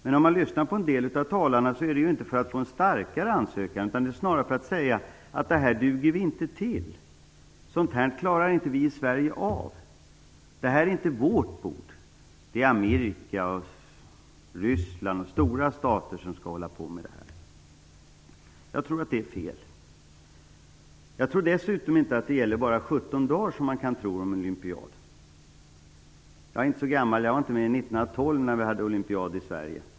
Men om man lyssnar på en del av talarna, inser man att de inte vill ha en starkare ansökan utan snarare vill säga att vi i Sverige inte duger till det här, att vi inte klarar av sådant här, att det här inte är vårt bord - det är Amerika, Ryssland och andra stora stater som skall hålla på med det här. Jag tror att det är fel. Jag tror dessutom inte att en olympiad bara gäller i 17 dagar, som man kan tro. Jag är inte så gammal, och jag var inte med 1912 när vi hade olympiad i Sverige.